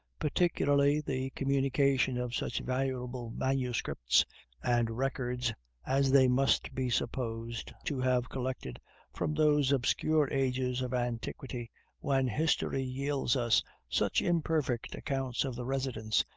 particularly the communication of such valuable manuscripts and records as they must be supposed to have collected from those obscure ages of antiquity when history yields us such imperfect accounts of the residence,